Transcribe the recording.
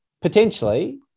potentially